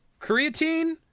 creatine